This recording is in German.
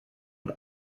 und